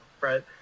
Right